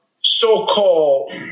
so-called